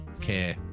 care